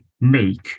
make